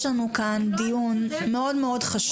חברים, יש לנו כאן דיון מאוד מאוד חשוב.